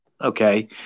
okay